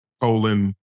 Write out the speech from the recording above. colon